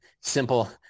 simple